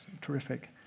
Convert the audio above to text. terrific